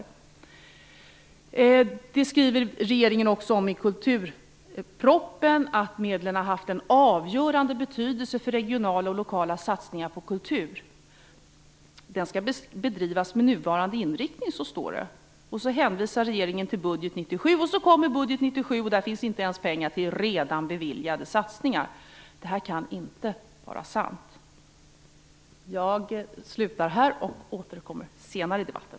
I kulturpropositionen skriver också regeringen att medlen har haft en avgörande betydelse för regionala och lokala satsningar på kultur. De skall bedrivas med nuvarande inriktning, står det. Regeringen hänvisar till budgeten för 1997, men när den så kommer finns inte ens pengar till redan beviljade satsningar. Det här kan inte vara sant! Jag slutar här och återkommer senare i debatten.